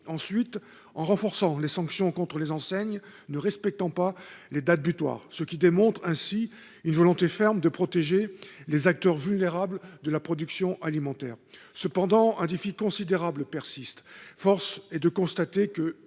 ensuite, en renforçant les sanctions contre les enseignes ne respectant pas les dates butoirs, ce qui démontre une volonté ferme de protéger les acteurs vulnérables de la production alimentaire. Cependant, un défi considérable reste à relever. Force est de constater que